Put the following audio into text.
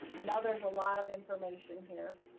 and there's a lot of information here.